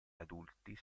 adulti